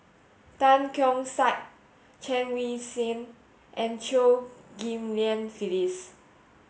Tan Keong Saik Chen Wen Hsi and Chew Ghim Lian Phyllis